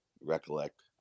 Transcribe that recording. recollect